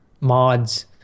mods